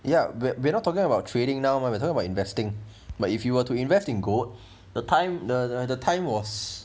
ya but we're not talking about trading now mah we're talking about investing but if you were to invest in gold the time the time was